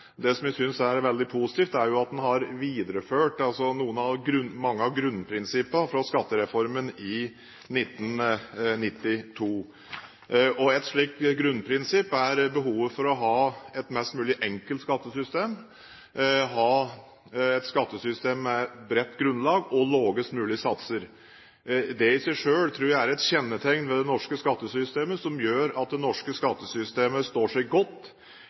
jeg synes er veldig positivt, er at en har videreført mange av grunnprinsippene fra skattereformen i 1992. Ett slikt grunnprinsipp er behovet for å ha et mest mulig enkelt skattesystem, å ha et skattesystem med et bredt grunnlag og med lavest mulige satser. Det i seg selv tror jeg er et kjennetegn ved det norske skattesystemet som gjør at det norske skattesystemet står seg godt